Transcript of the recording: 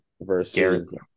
versus